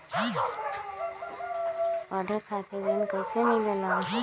पढे खातीर ऋण कईसे मिले ला?